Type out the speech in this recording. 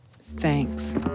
Thanks